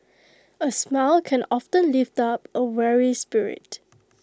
A smile can often lift up A weary spirit